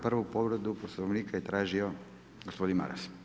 Prvu povredu Poslovnika je tražio gospodin Maras.